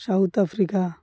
south Africa